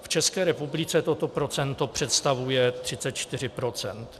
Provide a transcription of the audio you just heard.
V České republice toto procento představuje 34 %.